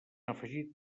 afegit